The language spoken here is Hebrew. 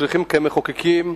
ולכן אנחנו צריכים, כמחוקקים,